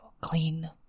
clean